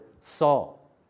Saul